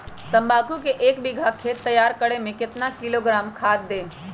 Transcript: तम्बाकू के एक बीघा खेत तैयार करें मे कितना किलोग्राम खाद दे?